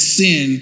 sin